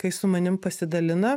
kai su manim pasidalina